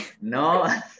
no